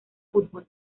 fútbol